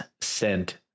sent